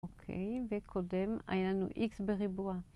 אוקיי, וקודם היה לנו איקס בריבוע.